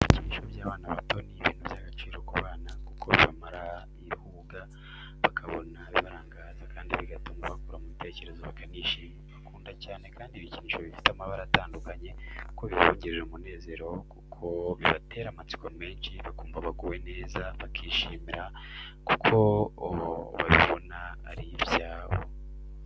Ibikinisho by’abana bato n'ibintu by'agaciro ku bana kuko bibamara ihuga bakabona ibibarangaza kandi bigatuma bakura mu bitekerezo bakanishima, bakunda cyane kandi ibikinisho bifite amabara atandukanye kuko bibongerera umunezero kuko bibatera amatsiko menshi bakumva baguwe neza bakishimira kuko babibona ari ibyabo.